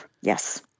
Yes